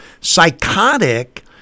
psychotic